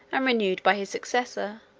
um renewed by his successor,